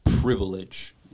privilege